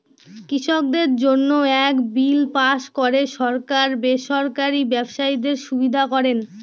কৃষকদের জন্য এক বিল পাস করে সরকার বেসরকারি ব্যবসায়ীদের সুবিধা করেন